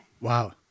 Wow